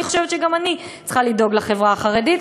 אני חושבת שגם אני צריכה לדאוג לחברה החרדית,